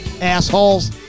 assholes